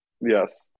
Yes